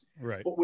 Right